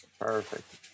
perfect